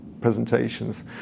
presentations